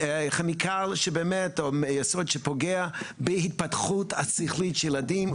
כימיקל שבאמת פוגע בהתפתחות השכלית של ילדים,